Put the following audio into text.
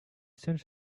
sent